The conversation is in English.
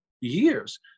years